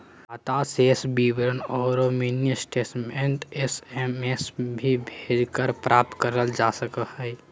खाता शेष विवरण औरो मिनी स्टेटमेंट एस.एम.एस भी भेजकर प्राप्त कइल जा सको हइ